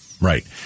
right